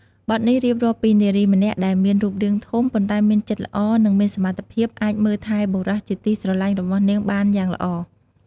បទនេះរៀបរាប់ពីនារីម្នាក់ដែលមានរូបរាងធំ ប៉ុន្តែមានចិត្តល្អ និងមានសមត្ថភាពអាចមើលថែបុរសជាទីស្រឡាញ់របស់នាងបានយ៉ាងល្អ។